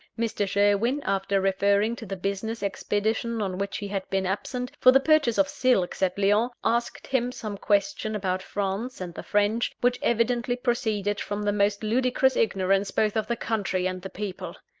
mr. sherwin after referring to the business expedition on which he had been absent, for the purchase of silks at lyons asked him some questions about france and the french, which evidently proceeded from the most ludicrous ignorance both of the country and the people.